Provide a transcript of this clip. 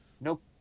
Nope